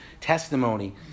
testimony